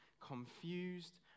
confused